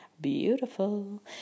beautiful